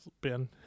Ben